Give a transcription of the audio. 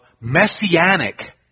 messianic